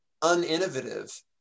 uninnovative